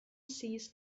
seized